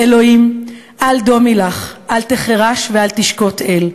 "ה', אל דמי לך, אל תחרש ואל תשקוט אל.